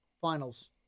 finals